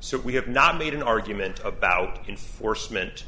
so we have not made an argument about enforcement